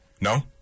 No